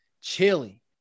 chili